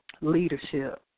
leadership